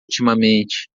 ultimamente